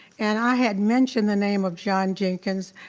and i had mentioned the name of john jenkins.